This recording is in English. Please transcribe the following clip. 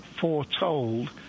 foretold